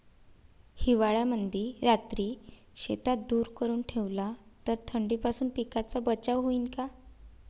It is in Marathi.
हिवाळ्यामंदी रात्री शेतात धुर करून ठेवला तर थंडीपासून पिकाचा बचाव होईन का?